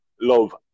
Love